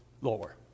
lower